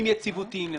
יציבותיים.